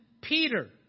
Peter